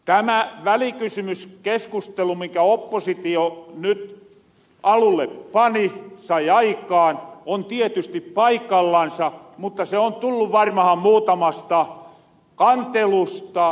tämä välikysymyskeskustelu minkä oppositio nyt alulle pani sai aikaan on tietysti paikallansa mutta se on tullu varmahan muutamasta kantelusta